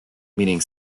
meaning